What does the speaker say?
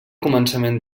començament